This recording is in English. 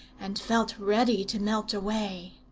and felt ready to melt away.